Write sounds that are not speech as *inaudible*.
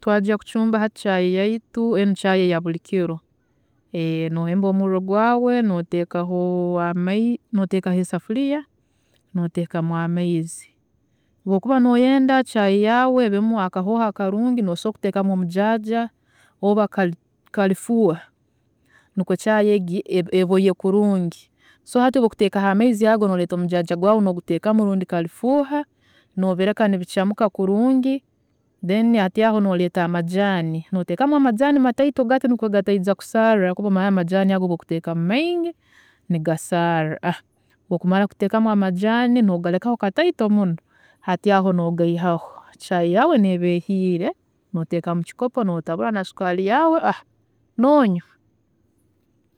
﻿Twajya kucumba hati caayi yaitu enu caayi eyabuli kilo, *hesitation* nohemba omuurro gwaawe, noteekaho amai noteekaho esafuriya, noteekaho amaizi. Obu okuba noyenda caayi yaawe ebemu akahooho akarungi nosobola kuteekamu omujaaja rundi karifuuha, nikwe caayi egi eboye kurungi. So hati obu okuteekaho amaizi ago noreeta omujaaja gwawe noguteekamu rundi karifuuha, nobireka nibicamuka kurungi, then hati aho noreeta amajaani, noteekamu amajaani mataito gati garemwe kusaarra habwokuba omanyire amajaani ago obu okuteekamu maingi nigasaarra, *hesitation* obu okumara kuteekamu amajaani nogarekaho kataito muno, hati aho nogaihaho caayi yaawe neba ehiire, noteeka mukikopo notabura na sukaari yaawe, *hesitation* nonywa.